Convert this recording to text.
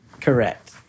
Correct